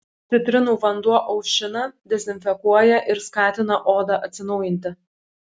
citrinų vanduo aušina dezinfekuoja ir skatina odą atsinaujinti